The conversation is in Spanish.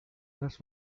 las